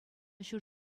ҫур